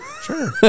Sure